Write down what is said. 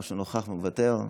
או שנוכח ומוותר?